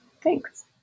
Thanks